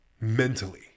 mentally